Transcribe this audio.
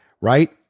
Right